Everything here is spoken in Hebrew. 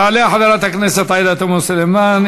תעלה חברת הכנסת עאידה תומא סלימאן,